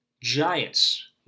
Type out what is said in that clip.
Giants